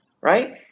right